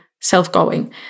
self-going